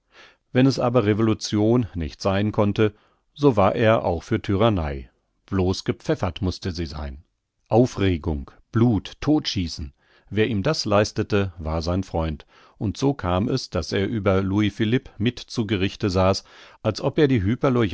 wenn es aber revolution nicht sein konnte so war er auch für tyrannei blos gepfeffert mußte sie sein aufregung blut todtschießen wer ihm das leistete war sein freund und so kam es daß er über louis philipp mit zu gerichte saß als ob er die